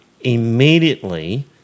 immediately